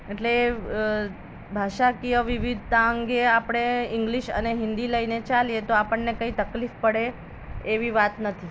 એટલે ભાષાકીય વિવિધતા અંગે આપણે ઇંગલિશ અને હિન્દી લઈને ચાલીએ તો આપણને કંઈ તકલીફ પડે એવી વાત નથી